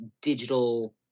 digital